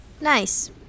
Nice